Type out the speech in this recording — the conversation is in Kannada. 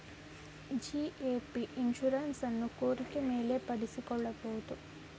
ಜಿ.ಎ.ಪಿ ಇನ್ಶುರೆನ್ಸ್ ಅನ್ನು ಕೋರಿಕೆ ಮೇಲೆ ಪಡಿಸಿಕೊಳ್ಳಬಹುದು